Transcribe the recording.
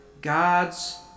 God's